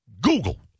Google